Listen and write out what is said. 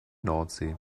nordsee